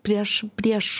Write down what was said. prieš prieš